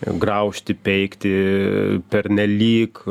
graužti peikti pernelyg